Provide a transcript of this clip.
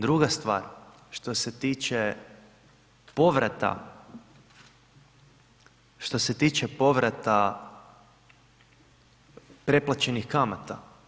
Druga stvar, što se tiče povrata, što se tiče povrata preplaćenih kamata.